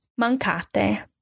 mancate